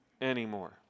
anymore